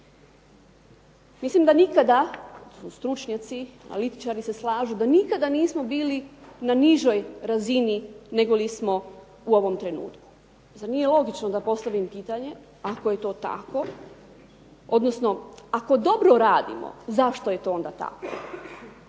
Mislim da nikada stručnjaci i analitičari se slažu da nikada nismo bili na nižoj razini nego li smo u ovom trenutku. Zar nije logično da postavim pitanje ako je to tako odnosno ako dobro radimo zašto je to onda tako.